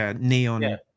neon